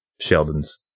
Sheldon's